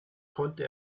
konnte